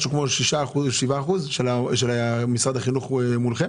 משהו כמו שישה אחוזים או שבעה אחוזים של משרד החינוך מולכם?